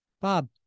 Bob